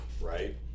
Right